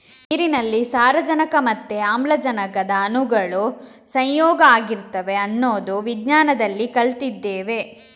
ನೀರಿನಲ್ಲಿ ಸಾರಜನಕ ಮತ್ತೆ ಆಮ್ಲಜನಕದ ಅಣುಗಳು ಸಂಯೋಗ ಆಗಿರ್ತವೆ ಅನ್ನೋದು ವಿಜ್ಞಾನದಲ್ಲಿ ಕಲ್ತಿದ್ದೇವೆ